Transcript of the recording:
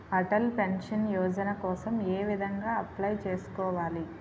Atal pension Yojana కోసం ఏ విధంగా అప్లయ్ చేసుకోవాలి?